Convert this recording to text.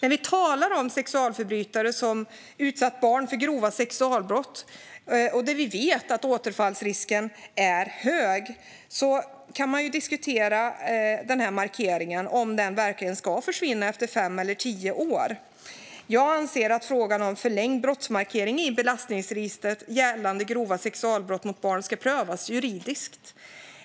När vi talar om sexualförbrytare som har utsatt barn för grova sexualbrott kan denna markering diskuteras. Vi vet ju att återfallsrisken är hög. Ska markeringen verkligen försvinna efter fem eller tio år? Jag anser att frågan om förlängd brottsmarkering i belastningsregistret gällande grova sexualbrott mot barn ska prövas juridiskt.